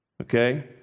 Okay